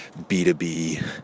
B2B